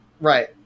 right